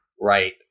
right